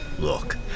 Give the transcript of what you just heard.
Look